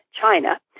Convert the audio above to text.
China